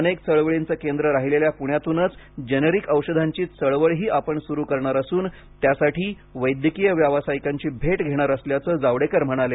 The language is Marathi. अनेक चळवळींचे केंद्र राहिलेल्या पुण्यातूनच जेनेरिक औषधांची चळवळही आपण स्रु करणार असून त्यासाठी वैद्यकीय व्यावसायिकांची भेट घेणार असल्याचं जावडेकर म्हणाले